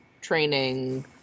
training